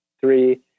three